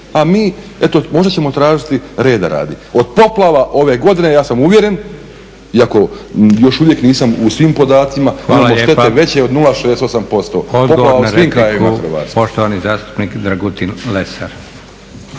A mi eto možda ćemo tražiti reda radi. Od poplava ove godine, ja sam uvjeren iako još uvijek nisam u svim podacima, mi imamo štete veće od 0,68%, poplava u svim krajevima